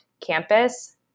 campus